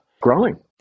growing